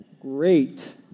Great